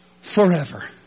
forever